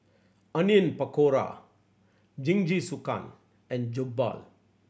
Onion Pakora Jingisukan and Jokbal